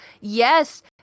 yes